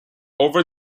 over